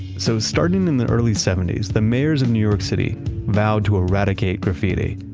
so starting in the early seventy s, the mayors of new york city vowed to eradicate graffiti.